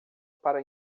para